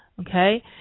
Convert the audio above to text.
Okay